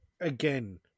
again